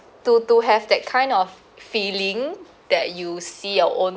to to have that kind of f~ feeling that you see your own